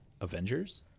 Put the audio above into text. avengers